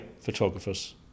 photographers